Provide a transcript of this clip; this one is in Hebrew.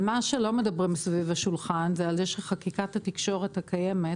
לא מדברים סביב השולחן על כך שחקיקת התקשורת הקיימת